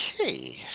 Okay